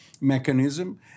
mechanism